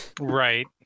Right